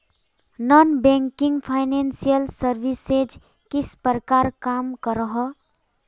Non banking financial services किस प्रकार काम करोहो?